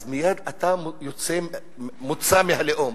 אז מייד אתה מוצא מהלאום.